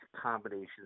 combinations